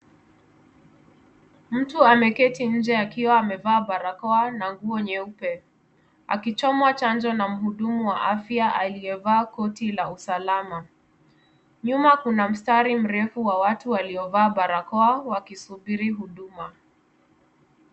Mtu ameketi nje akiwa amevaa barakoa na nguo nyeupe akichomwa chanjo na mhudumu wa afya aliyevaa koti la usalama, nyuma kuna mstari mrefu wa watu waliovaa barakoa wakisubiri huduma.